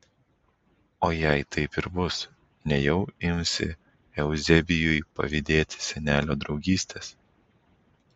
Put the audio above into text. o jei taip ir bus nejau imsi euzebijui pavydėti senelio draugystės